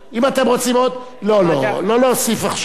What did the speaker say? אם אתם רוצים עוד, לא, לא, לא להוסיף עכשיו.